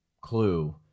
clue